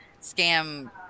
scam